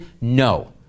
No